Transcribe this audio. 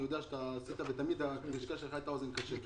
ואני חייב לומר שתמיד הלשכה שלך היתה אוזן קשבת.